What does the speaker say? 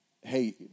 Hey